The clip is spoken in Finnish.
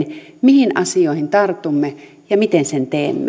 mihin asioihin tartumme ja miten sen teemme